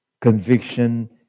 conviction